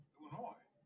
Illinois